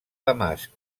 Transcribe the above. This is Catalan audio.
damasc